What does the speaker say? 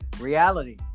reality